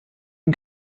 den